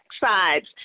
sides